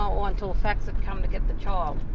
or until facs had come to get the child.